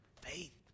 faith